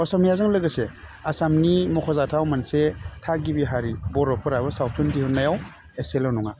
असमिया जोंं लोगोसे आसामनि मख'जाथाव मोनसे थागिबि हारि बर'फोरा सावथुन दिहुन्नायाव एसेल' नङा